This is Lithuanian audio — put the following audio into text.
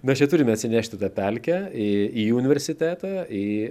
mes čia turime atsinešti tą pelkę į į universitetą į